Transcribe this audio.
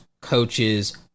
coaches